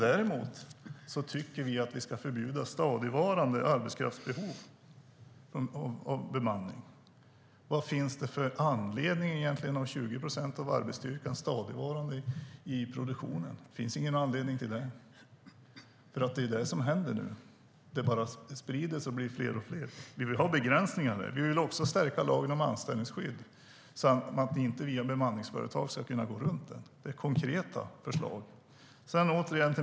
Däremot tycker vi att vi ska förbjuda att man hyr ut och in arbetskraft för ett stadigvarande arbetskraftsbehov. Vad finns det egentligen för anledning att ha 20 procent av arbetsstyrkan därifrån stadigvarande i produktionen? Det finns ingen anledning till det. Det är det som händer nu. Det sprider sig och blir fler och fler. Vi vill ha begränsningar. Vi vill också stärka lagen om anställningsskydd. Vi vill inte att man via bemanningsföretag ska kunna gå runt den. Det är konkreta förslag.